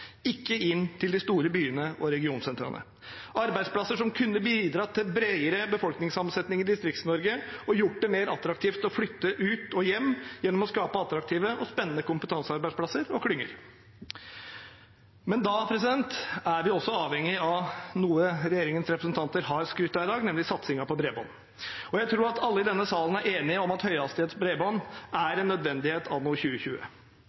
ikke inn til de store byene og regionsentrene – arbeidsplasser som kunne bidratt til bredere befolkningssammensetning i Distrikts-Norge og gjort det mer attraktivt å flytte ut og hjem gjennom å skape attraktive og spennende kompetansearbeidsplasser og klynger. Men da er vi også avhengige av noe regjeringens representanter har skrytt av i dag, nemlig satsingen på bredbånd. Jeg tror alle i denne salen er enige om at høyhastighets bredbånd er en nødvendighet anno 2020.